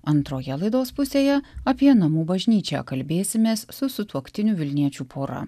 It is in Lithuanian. antroje laidos pusėje apie namų bažnyčią kalbėsimės su sutuoktinių vilniečių pora